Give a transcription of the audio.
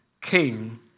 king